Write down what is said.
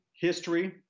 history